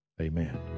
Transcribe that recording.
amen